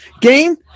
game